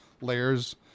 layers